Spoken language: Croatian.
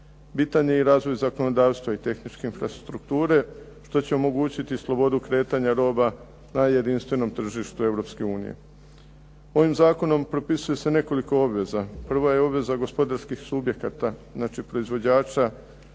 Bitan je i razvoj zakonodavstva i tehničke infrastrukture što će omogućiti slobodu kretanja roba na jedinstvenom tržištu Europske unije. Ovim zakonom propisuje se nekoliko obveza. Prva je obveza gospodarskih subjekata, znači proizvođača